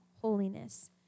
holiness